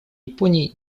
японии